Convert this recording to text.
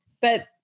But-